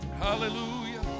Hallelujah